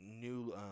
new